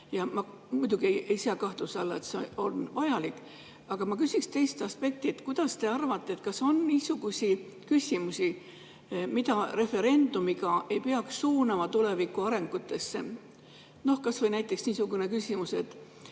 Ma muidugi ei sea kahtluse alla, et see on vajalik. Aga ma küsiksin teist aspekti: kuidas te arvate, kas on niisuguseid küsimusi, mida referendumiga ei peaks suunama tuleviku arengusse? Noh, kas või näiteks niisugune küsimus.